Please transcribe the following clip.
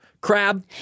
crab